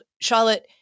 Charlotte